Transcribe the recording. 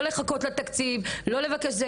לא לחכות לתקציב, ולא לבקש.